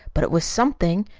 but it was something.